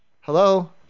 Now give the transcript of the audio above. Hello